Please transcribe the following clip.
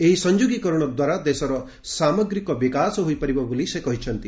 ଏହି ସଂଯୋଗୀକରଣ ଦ୍ୱାରା ଦେଶର ସାମଗ୍ରୀକ ବିକାଶ ହୋଇପାରିବ ବୋଲି ସେ କହିଛନ୍ତି